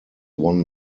won